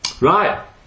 Right